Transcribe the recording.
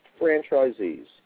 franchisees